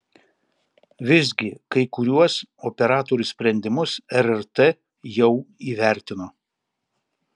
visgi kai kuriuos operatorių sprendimus rrt jau įvertino